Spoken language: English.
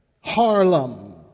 Harlem